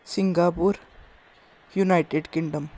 Singapore United Kingdom